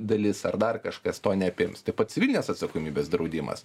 dalis ar dar kažkas to neapims taip pat civilinės atsakomybės draudimas